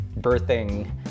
birthing